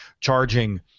charging